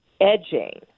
edging